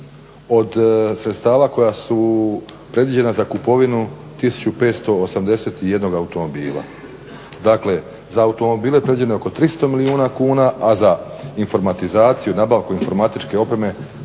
od sredstava koja su predviđena za kupovinu 1581 automobila. Dakle, za automobile je predviđeno oko 300 milijuna kuna, a za informatizaciju, nabavku informatičke opreme